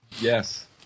Yes